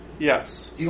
Yes